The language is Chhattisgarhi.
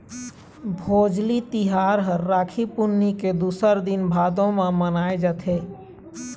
भोजली तिहार ह राखी पुन्नी के दूसर दिन भादो म मनाए जाथे